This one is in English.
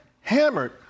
hammered